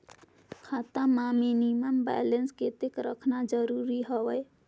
खाता मां minimum balance कतेक रखना जरूरी हवय?